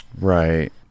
Right